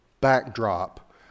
backdrop